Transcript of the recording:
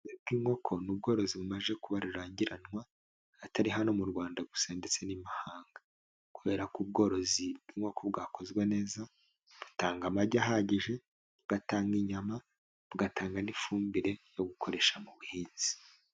Bw'inkoko n'ubworozi bumaze kuba rurangiranwa atari hano mu Rwanda gusa ndetse n'imahanga kubera ko ubworozi bw'inko bwakozwe neza butanga amagi ahagije, bugatanga inyama, bugatanga n'ifumbire yo gukoresha mu buhinzi.